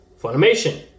Funimation